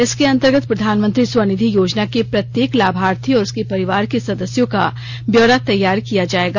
इसके अंतर्गत प्रधानमंत्री स्वनिधि योजना के प्रत्येक लाभार्थी और उसके परिवार के सदस्यों का ब्यौरा तैयार किया जायेगा